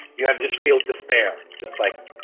you have just feel despair. just like